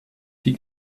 die